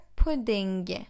pudding